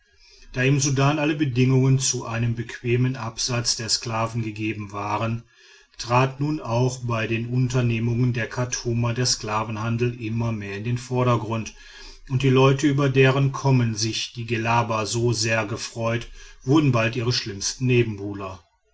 da im sudan alle bedingungen zu einem bequemen absatz der sklaven gegeben waren trat nun auch bei den unternehmungen der chartumer der sklavenhandel immer mehr in den vordergrund und die leute über deren kommen sich die gellaba so sehr gefreut wurden bald ihre schlimmsten nebenbuhler